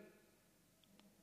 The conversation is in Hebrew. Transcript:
וכו'